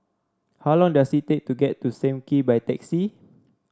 how long does it take to get to Sam Kee by taxi